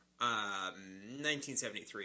1973